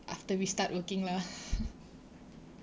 after we start working lah